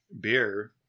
beer